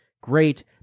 Great